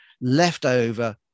leftover